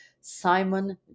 Simon